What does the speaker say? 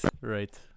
right